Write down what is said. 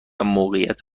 موقعیت